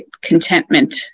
contentment